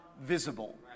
visible